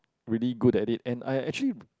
really good at it and I actually